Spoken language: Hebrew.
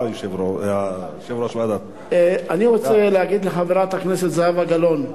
אני רוצה לומר לחברת הכנסת זהבה גלאון: